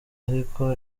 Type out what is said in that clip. ariko